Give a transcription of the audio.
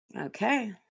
Okay